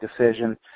decision